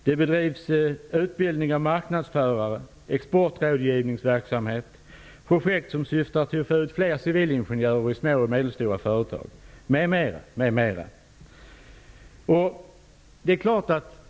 Det bedrivs utbildning av marknadsförare, exportrådgivningsverksamhet, projekt som syftar till att få ut fler civilingenjörer till små och medelstora företag, m.m.